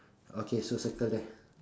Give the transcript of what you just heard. okay so circle there